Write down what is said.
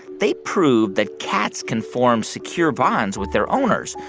they prove that cats can form secure bonds with their owners.